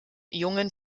jungen